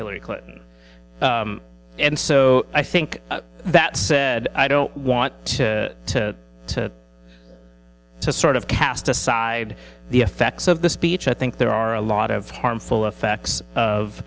hillary clinton and so i think that said i don't want to to sort of cast aside the effects of the speech i think there are a lot of harmful effects of